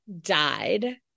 died